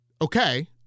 Okay